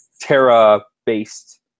Terra-based